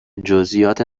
جزییات